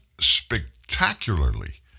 spectacularly